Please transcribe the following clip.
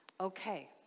okay